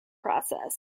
process